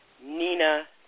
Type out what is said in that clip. Nina